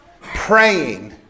praying